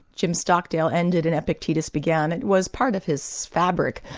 jim stockdale ended and epictetus began. it was part of his fabric,